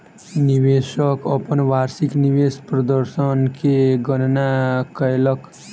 निवेशक अपन वार्षिक निवेश प्रदर्शन के गणना कयलक